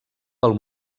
pel